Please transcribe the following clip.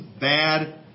bad